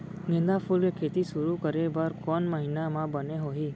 गेंदा फूल के खेती शुरू करे बर कौन महीना मा बने होही?